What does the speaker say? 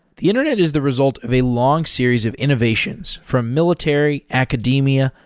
the internet is the result of a long series of innovations, from military, academia,